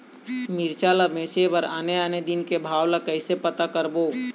मिरचा ला बेचे बर आने आने दिन के भाव ला कइसे पता करबो?